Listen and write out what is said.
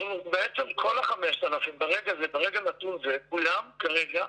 כל ה-5,000 ברגע נתון זה, כולם כרגע,